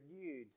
renewed